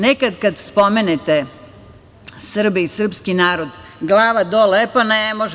Nekad kada spomenete Srbe i srpski narod, glava dole, e pa ne može.